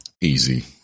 Easy